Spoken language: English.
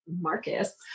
Marcus